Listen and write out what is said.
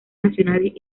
nacionales